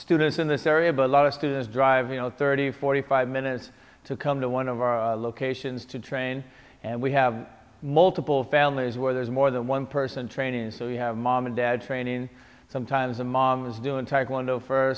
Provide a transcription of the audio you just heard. students in this area but a lot of students drive you know thirty forty five minutes to come to one of our locations to train and we have multiple families where there's more than one person training so you have mom and dad training sometimes the mom is doing taekwondo for